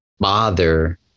bother